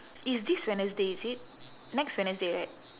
it's this wednesday is it next wednesday right